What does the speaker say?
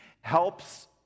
helps